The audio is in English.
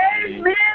amen